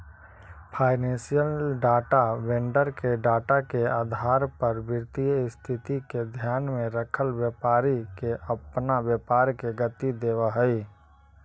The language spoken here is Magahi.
फाइनेंशियल डाटा वेंडर के डाटा के आधार पर वित्तीय स्थिति के ध्यान में रखल व्यापारी के अपना व्यापार के गति देवऽ हई